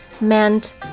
meant